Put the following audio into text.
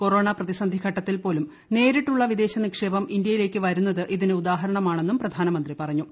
corona പ്രതിസന്ധി ഘട്ടത്തിൽ പോലും നേരിട്ടുള്ള വിദേശ നിക്ഷേപം ഇന്ത്യയിലേക്ക് വരുന്നത് ഇതിന് ഉദാഹരണമാണെന്നും പ്രധാനമന്ത്രി പറഞ്ഞു